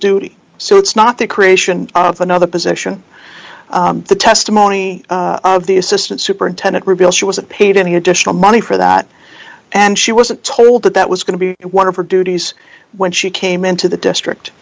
duty so it's not the creation of another position the testimony of the assistant superintendent reveals she was paid any additional money for that and she was told that that was going to be one dollar of her duties when she came into the district